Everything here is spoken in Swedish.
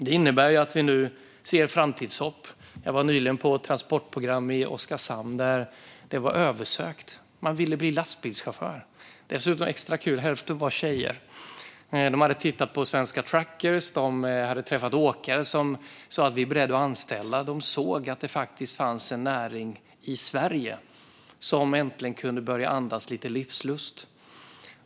Det här innebär att vi nu ser ett framtidshopp. Jag var nyligen på ett transportprogram i Oskarshamn som hade varit "översökt". Man ville bli lastbilschaufför. Extra kul var att hälften var tjejer. De hade tittat på Svenska Truckers och hade träffat åkare som sa att de var beredda att anställa dem. De såg att det faktiskt fanns en näring i Sverige som äntligen kunde börja andas lite livsluft.